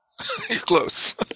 Close